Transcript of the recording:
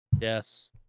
Yes